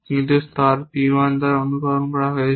কিন্তু স্তর P 1 দ্বারা অনুসরণ করা হয়েছে